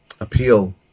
appeal